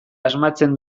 asmatzen